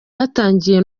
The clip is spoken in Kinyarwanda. batangiye